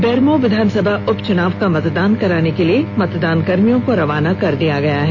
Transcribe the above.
बेरमो विधानसभा उपच्यनाव का मतदान कराने के लिए मतदानकर्मियों को रवाना कर दिया गया है